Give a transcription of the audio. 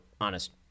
honest